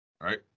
Right